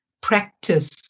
practice